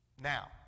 Now